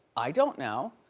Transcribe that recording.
i don't know.